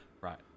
Right